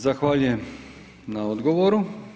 Zahvaljujem na odgovoru.